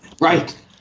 Right